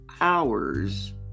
hours